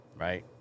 right